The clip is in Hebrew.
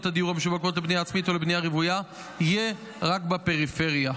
הדיור המשווקות לבנייה עצמית ולבנייה רוויה תהיה רק בפריפריה.